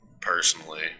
personally